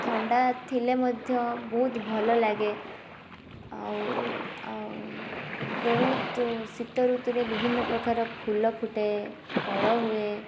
ଥଣ୍ଡା ଥିଲେ ମଧ୍ୟ ବହୁତ ଭଲ ଲାଗେ ଆଉ ଆଉ ବହୁତ ଶୀତଋତୁରେ ବିଭିନ୍ନପ୍ରକାର ଫୁଲ ଫୁଟେ ଫଳ ହୁଏ